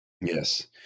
Yes